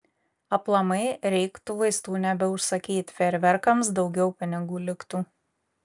aplamai reiktų vaistų nebeužsakyt fejerverkams daugiau pinigų liktų